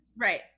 right